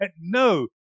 No